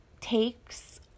takes